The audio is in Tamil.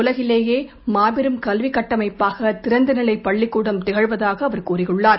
உலகிலேயே மாபெரும் கல்வி கட்டமைப்பாக திறந்த நிலை பள்ளிக்கூடம் திகழ்வதாக அவர் கூறியுள்ளார்